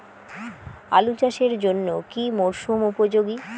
আলু চাষের জন্য কি মরসুম উপযোগী?